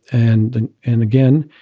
and and and again,